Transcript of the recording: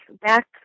back